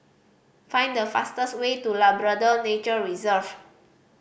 find the fastest way to Labrador Nature Reserve